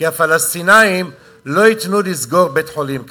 כי הפלסטינים לא ייתנו לסגור בית-חולים כזה.